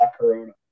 corona